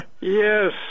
Yes